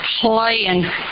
playing